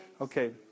Okay